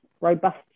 robust